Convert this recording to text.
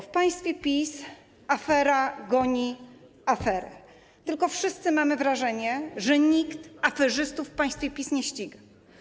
W państwie PiS afera goni aferę, tylko wszyscy mamy wrażenie, że nikt aferzystów w państwie PiS nie ściga.